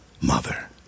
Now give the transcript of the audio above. mother